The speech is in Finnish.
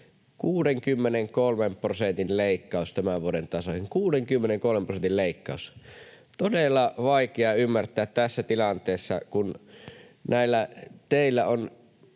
63 prosentin leikkaus. Todella vaikea ymmärtää tässä tilanteessa, kun näillä teillä on